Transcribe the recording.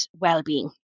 wellbeing